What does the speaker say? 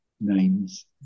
names